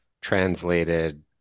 translated